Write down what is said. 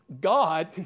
God